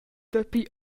dapi